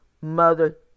mother